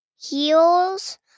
heels